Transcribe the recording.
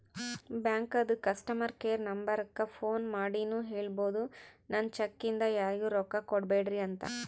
ಬ್ಯಾಂಕದು customer care ನಂಬರಕ್ಕ phone ಮಾಡಿನೂ ಹೇಳ್ಬೋದು, ನನ್ ಚೆಕ್ ಇಂದ ಯಾರಿಗೂ ರೊಕ್ಕಾ ಕೊಡ್ಬ್ಯಾಡ್ರಿ ಅಂತ